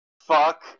Fuck